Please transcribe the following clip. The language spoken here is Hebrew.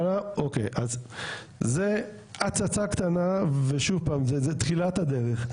אז זו הצצה קטנה, ושוב פעם, זו תחילת הדרך.